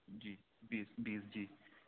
جی بیس بیس جی